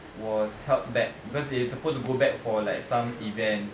was held back because they were supposed to go back for like some event